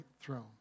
throne